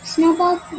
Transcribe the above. Snowball